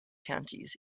counties